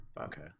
okay